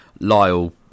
Lyle